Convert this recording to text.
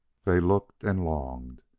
they looked and longed,